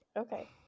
okay